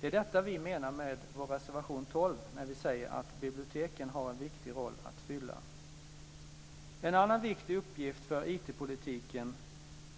Det är detta vi menar med vår reservation 12, när vi säger att biblioteken har en viktig roll att fylla. En annan viktig uppgift för IT-politiken